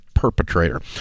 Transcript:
Perpetrator